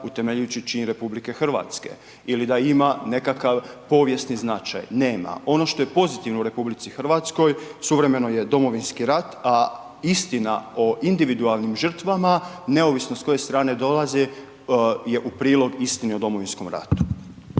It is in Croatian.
utemeljujući čin RH ili da ima nekakav povijesni značaj. Nema. Ono što je pozitivno u RH suvremeno je Domovinski rat, a istina o individualnim žrtvama, neovisno s koje strane dolazi je u prilog istini o Domovinskom ratu.